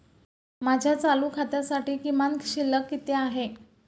माझ्या चालू खात्यासाठी किमान शिल्लक किती आहे?